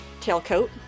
tailcoat